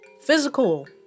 physical